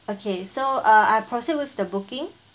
okay so uh I proceed with the booking